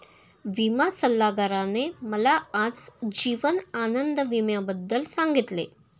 विमा सल्लागाराने मला आज जीवन आनंद विम्याबद्दल सांगितले